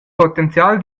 potenzial